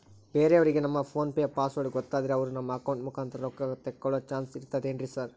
ಬೇರೆಯವರಿಗೆ ನಮ್ಮ PhonePe password ಗೊತ್ತಾದ್ರೆ ಅವರು ನಮ್ಮ ಅಕೌಂಟ್ ಮುಖಾಂತರ ರೊಕ್ಕ ತಕ್ಕೊಳ್ಳೋ ಚಾನ್ಸ್ ಇರ್ತದೆನ್ರಿ ಸರ್?